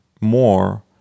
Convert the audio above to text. more